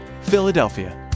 Philadelphia